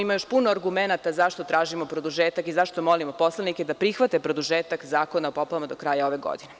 Ima još puno argumenata zašto tražimo produžetak i zašto molimo poslanike da prihvate produžetak Zakona o poplavama do kraja ove godine.